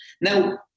Now